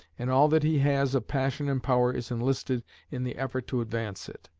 and all that he has of passion and power is enlisted in the effort to advance it.